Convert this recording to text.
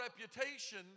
reputation